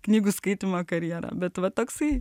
knygų skaitymą karjera bet va toksai